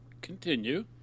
continue